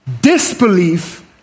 disbelief